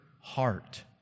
heart